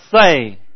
say